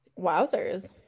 Wowzers